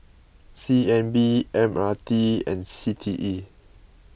C N B M R T and C T E